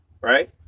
Right